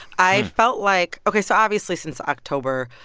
i felt like ok, so, obviously, since october,